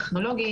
מה זה בכלל.